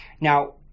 Now